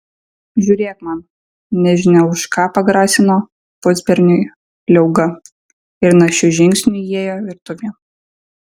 žiūrėk man nežinia už ką pagrasino pusberniui pliauga ir našiu žingsniu įėjo virtuvėn